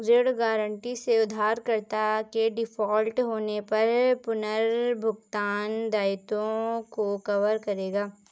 ऋण गारंटी से उधारकर्ता के डिफ़ॉल्ट होने पर पुनर्भुगतान दायित्वों को कवर करेगा